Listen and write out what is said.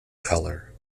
colour